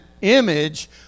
image